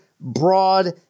broad